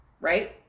Right